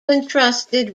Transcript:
entrusted